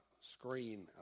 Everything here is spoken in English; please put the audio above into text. screen